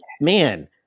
man